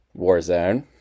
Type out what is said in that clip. Warzone